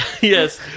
Yes